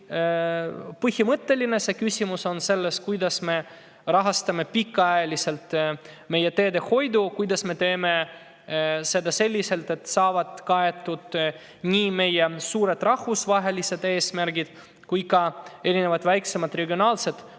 ongi põhimõtteline. Küsimus on selles, kuidas me rahastame pikaajaliselt teedehoidu, kuidas teha seda selliselt, et kaetud saaks nii meie suured rahvusvahelised eesmärgid kui ka erinevad väiksemad regionaalsed